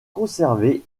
conservé